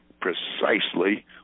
precisely